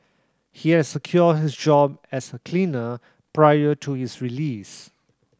he had secured his job as a cleaner prior to his release